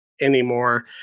anymore